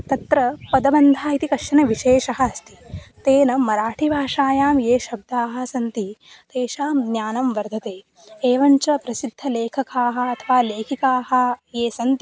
तत्र पदबन्धः इति कश्चन विशेषः अस्ति तेन मराठिभाषायां ये शब्दाः सन्ति तेषां ज्ञानं वर्धते एवं च प्रसिद्धलेखकाः अथवा लेखिकाः ये सन्ति